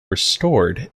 restored